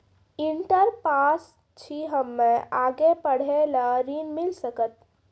Inter pass छी हम्मे आगे पढ़े ला ऋण मिल सकत?